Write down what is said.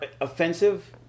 offensive